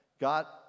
got